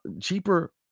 cheaper